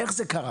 איך זה קרה?